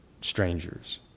strangers